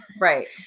Right